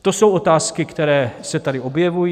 To jsou otázky, které se tady objevují.